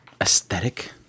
aesthetic